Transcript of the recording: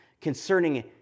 concerning